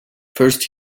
first